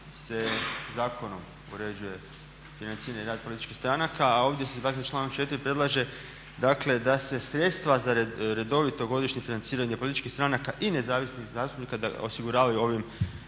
se zakonom uređuje financiranje i rad političkih stranaka, a ovdje se dakle člankom 4. predlaže dakle da se sredstva za redovito godišnje financiranje političkih stranaka i nezavisnih zastupnika da osiguravaju ovim